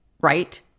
right